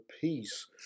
peace